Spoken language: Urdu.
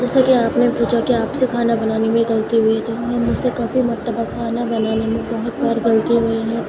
جیسا کہ آپ نے پوچھا کہ آپ سے کھانا بنانے میں غلطی ہوئی تو ہاں مجھ سے کافی مرتبہ کھانا بنانے میں بہت بار غلطی ہوئی ہے